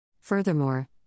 Furthermore